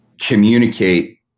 communicate